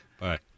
Bye